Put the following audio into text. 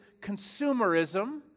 consumerism